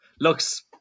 Looks